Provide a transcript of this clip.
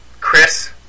Chris